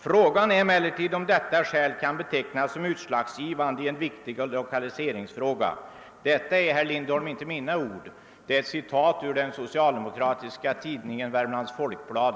——— Frågan är emellertid om detta skäl kan betecknas som utslagsgivande i en viktig lokaliseringsfråga.» Detta är, herr Lindholm, inte mina ord — det är ett citat ur den socialdemokratiska tidningen Värmlands Folkblad.